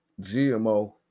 GMO